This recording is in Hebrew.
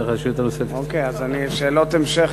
אוקיי, שאלות המשך,